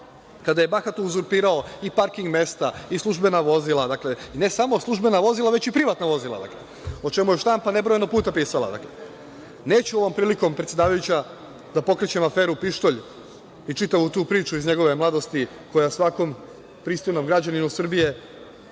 kada je bahato uzurpirao i parking mesta i službena vozila i ne samo službena vozila, već i privatna vozila, o čemu je štampa nebrojano puta pisala. Neću ovom prilikom, predsedavajuća, da pokrećem aferu „Pištolj“ i čitavu tu priču iz njegove mladosti, koja svakom pristojnom građaninu Srbije